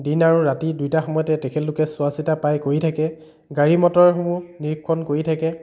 দিন আৰু ৰাতি দুয়োটা সময়তে তেখেতলোকে চোৱা চিতা প্ৰায় কৰি থাকে গাড়ী মটৰসমূহ নিৰীক্ষণ কৰি থাকে